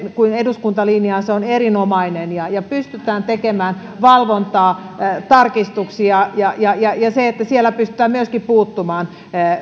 kuin eduskunta linjaa se on erinomainen ja ja pysytään tekemään valvontaa tarkistuksia ja ja siellä pystytään myöskin puuttumaan